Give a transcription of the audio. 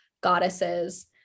goddesses